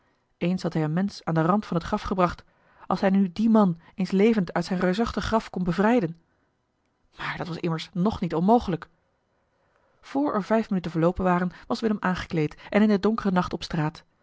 eens had hij een mensch aan den rand van het graf gebracht als hij nu dien man eens levend uit zijn reusachtig graf kon bevrijden maar dat was immers nog niet onmogelijk voor er vijf minuten verloopen waren was willem aangekleed en in den donkeren nacht op straat